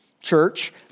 church